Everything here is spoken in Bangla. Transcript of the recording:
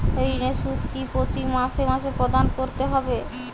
ঋণের সুদ কি প্রতি মাসে মাসে প্রদান করতে হবে?